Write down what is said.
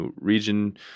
region